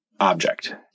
object